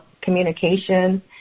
communication